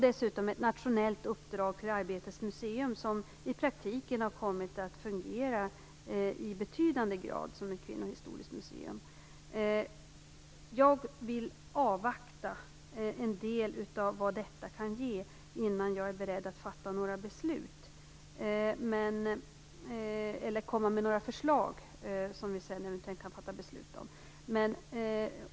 Dessutom har ett nationellt uppdrag getts till Arbetets museum, som i praktiken i betydande grad har kommit att fungera som ett kvinnohistoriskt museum. Jag vill avvakta en del för att se vad detta kan ge innan jag är beredd att komma med förslag som vi sedan eventuellt kan fatta beslut om.